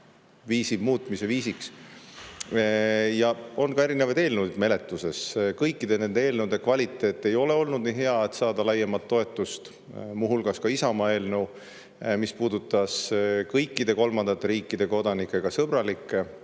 muutmiseks. Ja on ka erinevaid eelnõusid menetluses. Kõikide nende eelnõude kvaliteet ei ole olnud nii hea, et saada laiemat toetust, muu hulgas Isamaa eelnõu, mis puudutab kõikide kolmandate riikide kodanikke, ka sõbralike